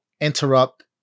interrupt